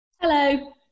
Hello